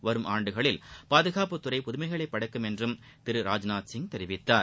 வரும் ஆண்டுகளில் பாதுகாப்புத்துறை புதுமைகளை படைக்கும் என்றும் திரு ராஜ்நாத் சிங் தெரிவித்தார்